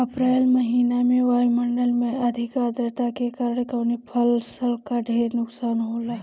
अप्रैल महिना में वायु मंडल में अधिक आद्रता के कारण कवने फसल क ढेर नुकसान होला?